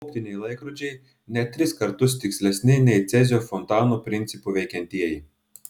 optiniai laikrodžiai net tris kartus tikslesni nei cezio fontanų principu veikiantieji